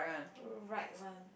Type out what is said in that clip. right one